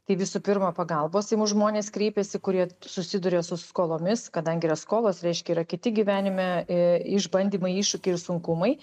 tai visų pirma pagalbos į mus žmonės kreipiasi kurie susiduria su skolomis kadangi yra skolos reiškia yra kiti gyvenime išbandymai iššūkiai ir sunkumai